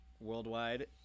worldwide